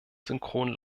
synchron